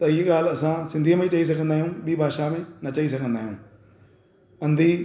त इहा ॻाल्ह असां सिंधी में ई चई सघंदा आहियूं ॿी भाषा मे न चई सघंदा आयूं अंधी